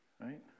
right